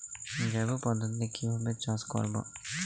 জৈব পদ্ধতিতে কিভাবে চাষ করব?